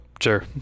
sure